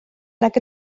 nag